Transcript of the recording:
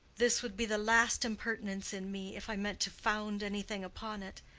this would be the last impertinence in me, if i meant to found anything upon it.